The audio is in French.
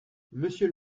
monsieur